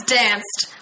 danced